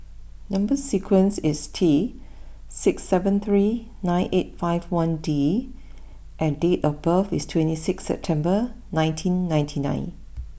number sequence is T six seven three nine eight five one D and date of birth is twenty six September nineteen ninety nine